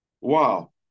wow